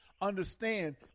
understand